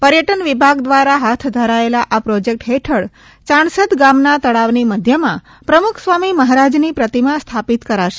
પર્યટન વિભાગ દ્વારા હાથ ધરાયેલા આ પ્રોજેક્ટ હેઠળ યાણસદ ગામના તળાવની મધ્યમાં પ્રમુખ સ્વામી મહારાજની પ્રતિમા સ્થાપિત કરાશે